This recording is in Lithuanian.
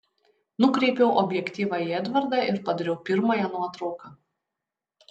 nukreipiau objektyvą į edvardą ir padariau pirmąją nuotrauką